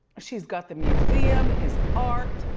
she's got the museum, his art,